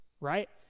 right